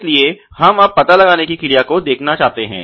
इसलिए हम अब पता लगाने की क्रिया को देखना चाहते हैं